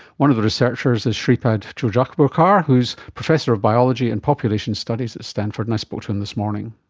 one of the researchers is shripad tuljapurkar who is professor of biology and population studies at stanford and i spoke to him this morning.